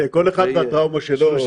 תראה, כל אחד והטראומה שלו.